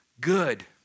good